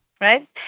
Right